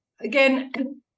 Again